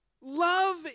Love